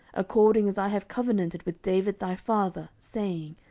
according as i have covenanted with david thy father, saying,